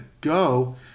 go